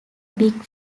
big